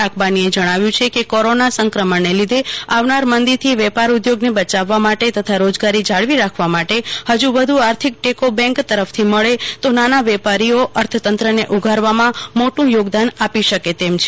અક્બાનીએ જ્નાવ્યુ છે કે કોરોના સંક્રમણ્ને લીધે આવનાર મંદી થી વેપાર ઉદ્યોગ ને બચાવવા માટે તથા રોજ્ગારી જાળવી રાખવા માટે હજુ વધુ આર્થિક ટેકો બેંક તરફ થી મળે તો નાના વેપારીઓ અર્થતંત્રને ઉગારવા માં મોટું યોગદાન આપી શકે તેમ છે